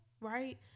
right